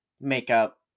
makeup